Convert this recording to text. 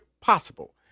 possible